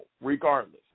regardless